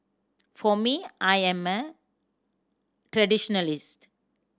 for me I am a traditionalist